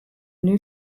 new